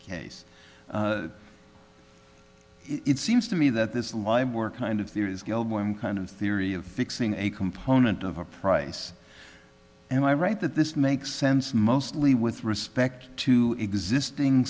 case it seems to me that this line kind of kind of theory of fixing a component of a price and i write that this makes sense mostly with respect to existing